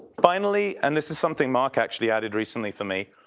finally, and this is something mark actually added recently for me.